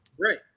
right